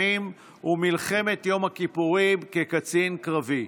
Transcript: מלחמת ששת הימים ומלחמת יום הכיפורים כקצין קרבי.